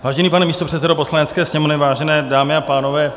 Vážený pane místopředsedo Poslanecké sněmovny, vážené dámy a pánové.